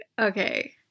Okay